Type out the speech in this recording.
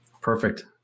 Perfect